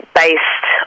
based